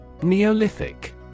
Neolithic